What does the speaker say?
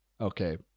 okay